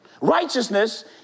Righteousness